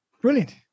Brilliant